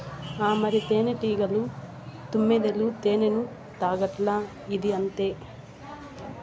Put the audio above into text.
ఆ మరి, తేనెటీగలు, తుమ్మెదలు తేనెను తాగట్లా, ఇదీ అంతే